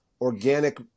organic